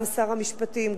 גם שר המשפטים,